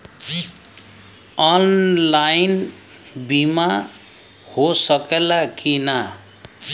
Online बीमा हो सकेला की ना?